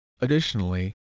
Additionally